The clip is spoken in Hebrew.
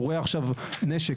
הוא רואה עכשיו נשק,